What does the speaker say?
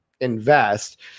invest